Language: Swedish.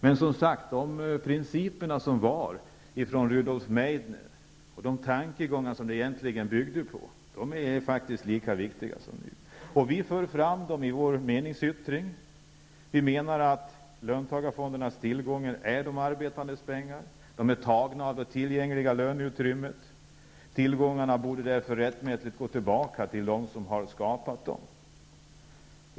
Men som sagt: Rudolf Meidners principer och de tankegångar som fonderna egentligen byggde på är faktiskt ännu lika viktiga. Vi för fram dessa tankegångar i vår meningsyttring. Vi menar att löntagarfondernas tillgångar är de arbetandes pengar. De är tagna ur det tillgängliga löneutrymmet, och de borde därför rättmättigt gå tillbaka till dem som har skapat dem.